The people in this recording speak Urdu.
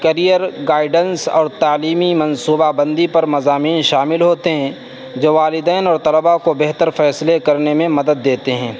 کریر گائڈینس اور تعلیمی منصوبہ بندی پر مضامین شامل ہوتے ہیں جو والدین اور طلبہ کو بہتر فیصلے کرنے میں مدد دیتے ہیں